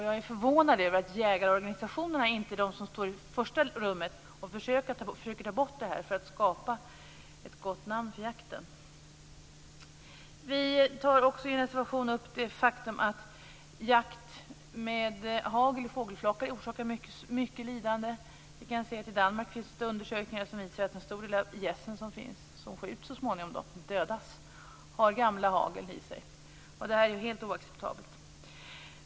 Jag är förvånad över att inte jägarorganisationerna står i första ledet och försöker få bort detta för att ge jakten ett gott namn. I en reservation tar vi också upp det faktum att jakt med hagel i fågelflockar orsakar mycket lidande. I Danmark har undersökningar gjorts som visar att en stor del av de gäss som dödas har gamla hagel i sig. Detta är helt oacceptabelt.